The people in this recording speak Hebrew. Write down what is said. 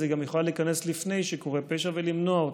אז היא גם יכולה להיכנס לפני שקורה פשע ולמנוע אותו.